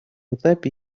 этапе